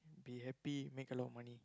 be happy make a lot of money